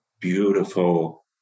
beautiful